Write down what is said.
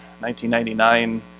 1999